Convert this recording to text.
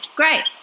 great